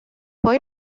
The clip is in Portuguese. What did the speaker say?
foi